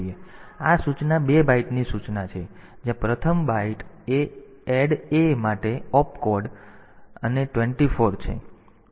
તેથી આ સૂચના 2 બાઈટની સૂચના છે જ્યાં પ્રથમ બાઈટ એ એડ A માટે Op કોડ અને Op કોડ છે 24 છે